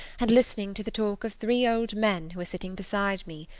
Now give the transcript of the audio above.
and listening to the talk of three old men who are sitting beside me.